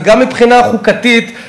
וגם מבחינה חוקתית,